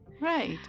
Right